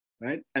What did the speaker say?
right